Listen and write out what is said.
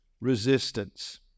resistance